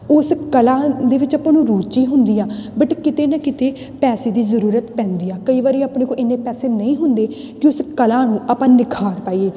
ਉਸ ਕਲਾ ਦੇ ਵਿੱਚ ਆਪਾਂ ਨੂੰ ਰੁਚੀ ਹੁੰਦੀ ਆ ਬਟ ਕਿਤੇ ਨਾ ਕਿਤੇ ਪੈਸੇ ਦੀ ਜ਼ਰੂਰਤ ਪੈਂਦੀ ਆ ਕਈ ਵਾਰ ਆਪਣੇ ਕੋਲ ਇੰਨੇ ਪੈਸੇ ਨਹੀਂ ਹੁੰਦੇ ਕਿ ਉਸ ਕਲਾ ਨੂੰ ਆਪਾਂ ਨਿਖਾਰ ਪਾਈਏ